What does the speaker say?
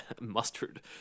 mustard